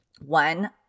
one